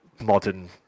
Modern